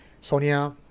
Sonia